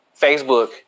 Facebook